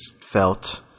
felt